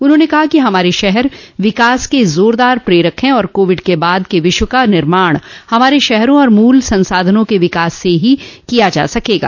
उन्होंने कहा कि हमारे शहर विकास क जोरदार प्रेरक हैं और कोविड के बाद के विश्व का निर्माण हमारे शहरों और मूल संसाधनों के विकास से ही किया जा सकेगा